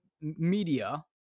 media